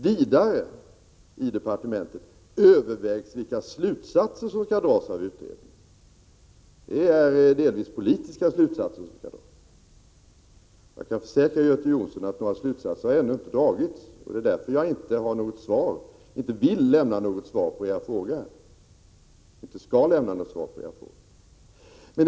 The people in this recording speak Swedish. Vidare övervägs i departementet vilka slutsatser som skall dras av utredningen — det är delvis politiska slutsatser. Jag kan till Göte Jonsson säga att några slutsatser ännu inte dragits, varför jag inte vill lämna något svar på era frågor, och inte heller skall lämna några svar.